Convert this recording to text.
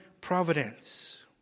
providence